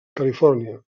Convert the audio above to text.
califòrnia